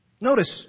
Notice